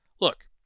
Look